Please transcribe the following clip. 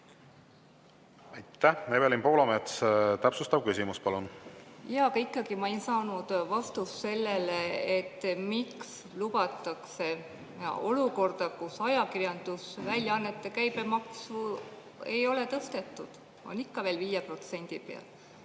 Aitäh! Evelin Poolamets, täpsustav küsimus, palun! Ikkagi ma ei saanud vastust sellele, miks lubatakse olukorda, kus ajakirjandusväljaannete käibemaksu ei ole tõstetud. See on ikka veel 5%.